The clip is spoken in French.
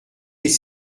les